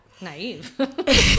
naive